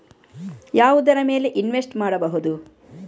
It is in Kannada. ಯಾವುದರ ಮೇಲೆ ಇನ್ವೆಸ್ಟ್ ಮಾಡಬಹುದು?